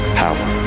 power